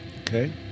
Okay